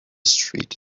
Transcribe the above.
street